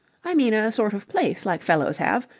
i mean a sort of place like fellows have.